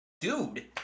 dude